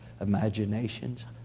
Imaginations